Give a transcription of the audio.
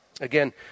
Again